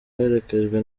aherekejwe